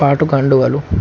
తాటు కండువలు